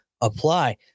apply